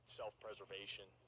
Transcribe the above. self-preservation